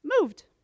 moved